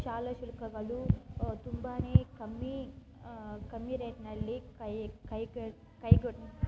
ಶಾಲಾ ಶುಲ್ಕಗಳು ತುಂಬಾ ಕಮ್ಮಿ ಕಮ್ಮಿ ರೇಟಿನಲ್ಲಿ ಕೈ ಕೈಗ ಕೈಗೊಂಡು